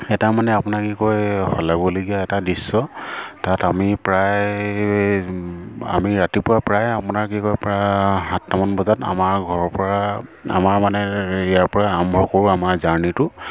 এটা মানে আপোনাৰ কি কয় শলাগিবলগীয়া এটা দৃশ্য তাত আমি প্ৰায় আমি ৰাতিপুৱা প্ৰায় আপোনাৰ কি কয় প্ৰায় সাতটামান বজাত আমাৰ ঘৰৰ পৰা আমাৰ মানে ইয়াৰ পৰা আৰম্ভ কৰোঁ আমাৰ জাৰ্ণিটো